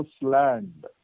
land